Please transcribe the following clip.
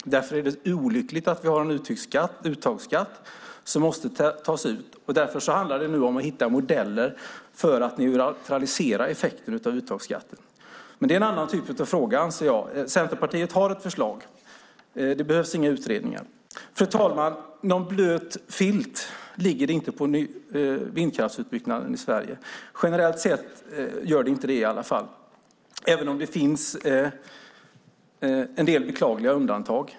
Därför är det olyckligt att en uttagsskatt måste tas ut. Således handlar det nu om att hitta modeller för att neutralisera uttagsskattens effekter. Men det är en annan typ av fråga, anser jag. Centerpartiet har ett förslag. Det behövs inga utredningar. Fru talman! Någon blöt filt ligger inte över vindkraftsutbyggnaden i Sverige, i alla fall inte generellt sett. Dock finns det en del beklagliga undantag.